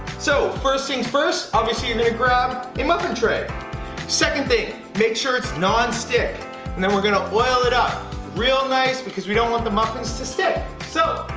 so first things first, obviously, and you're gonna grab a muffin tray second thing make sure it's nonstick and then we're gonna oil it up real nice because we don't want the muffin stick. so